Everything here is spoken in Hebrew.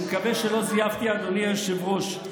אני מקווה שלא זייפתי, אדוני היושב-ראש.